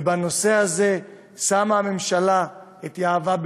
ובנושא הזה שמה הממשלה את יהבה,